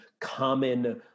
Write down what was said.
common